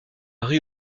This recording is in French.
rue